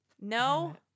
No